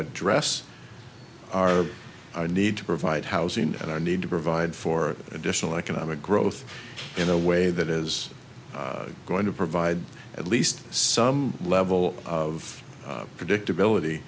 address our need to provide housing and i need to provide for additional economic growth in a way that is going to provide at least some level of predictability